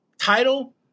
title